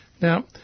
Now